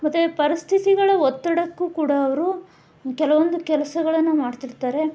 ಮತ್ತೆ ಪರಿಸ್ಥಿತಿಗಳ ಒತ್ತಡಕ್ಕೂ ಕೂಡ ಅವರು ಕೆಲವೊಂದು ಕೆಲಸಗಳನ್ನ ಮಾಡ್ತಿರ್ತಾರೆ